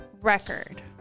record